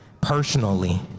personally